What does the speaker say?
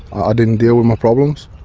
ah didn't deal with my problems.